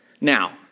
Now